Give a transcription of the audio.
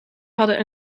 hadden